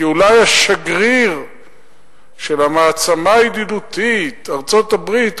כי אולי השגריר של המעצמה הידידותית ארצות-הברית,